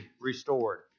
restored